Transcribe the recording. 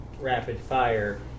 rapid-fire